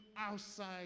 outside